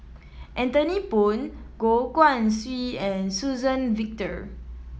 Anthony Poon Goh Guan Siew and Suzann Victor